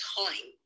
time